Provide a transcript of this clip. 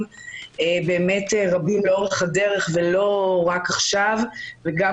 בנו לאורך הדרך ולא רק עכשיו וגם,